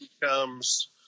becomes